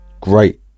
great